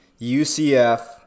UCF